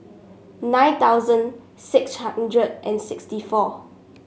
nine thousand six hundred and sixty four